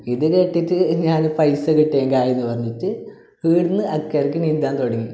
ഇത് കേട്ടിട്ട് ഞാൻ പൈസ കിട്ടിയെങ്കിൽ ആയെന്ന് പറഞ്ഞിട്ട് ഇവിടുന്ന് അക്കരക്ക് നീന്താൻ തുടങ്ങി